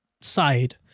side